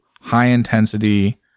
high-intensity